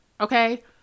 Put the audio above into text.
okay